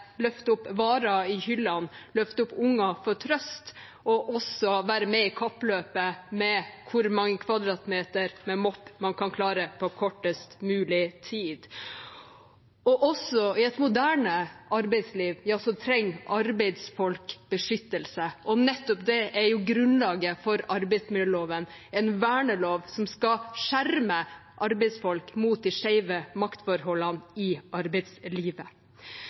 løfte opp varer i hyllene og å løfte opp barn for å gi dem trøst, og å være med i kappløpet om hvor mange kvadratmeter man kan klarer å moppe på kortest mulig tid. Og også i et moderne arbeidsliv trenger arbeidsfolk beskyttelse, og nettopp det er grunnlaget for arbeidsmiljøloven. Det er en vernelov som skal skjerme arbeidsfolk mot de skjeve maktforholdene i arbeidslivet.